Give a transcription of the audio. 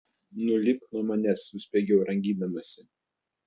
nulipk nuo manęs suspiegiau rangydamasi